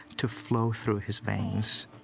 to flow through his veins.